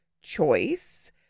choice